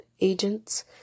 agents